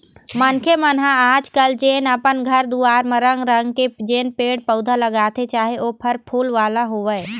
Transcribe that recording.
मनखे मन ह आज कल जेन अपन घर दुवार म रंग रंग के जेन पेड़ पउधा लगाथे चाहे ओ फर फूल वाले होवय